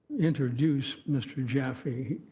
introduce mr. jaffe,